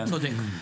אתה צודק.